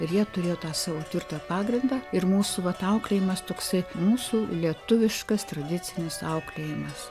ir jie turėjo tą savo tvirtą pagrindą ir mūsų vat auklėjimas toksai mūsų lietuviškas tradicinis auklėjimas